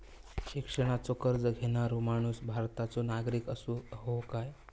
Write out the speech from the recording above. शिक्षणाचो कर्ज घेणारो माणूस भारताचो नागरिक असूक हवो काय?